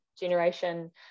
generation